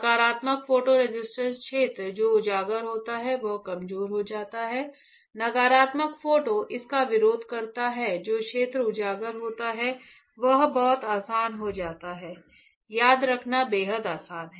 सकारात्मक photo resist क्षेत्र जो उजागर होता है वह कमजोर हो जाता है नकारात्मक फोटो इसका विरोध करता है जो क्षेत्र उजागर होता है वह बहुत आसान हो जाता है याद रखना बेहद आसान है